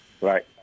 right